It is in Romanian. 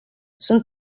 sunt